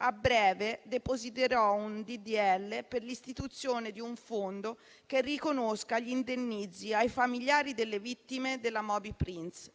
a breve depositerò un disegno di legge per l'istituzione di un fondo che riconosca gli indennizzi ai familiari delle vittime della Moby Prince.